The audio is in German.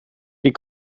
die